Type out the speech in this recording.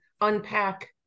unpack